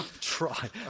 Try